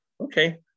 Okay